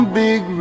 big